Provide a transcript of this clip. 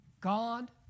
God